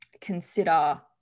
consider